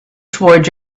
toward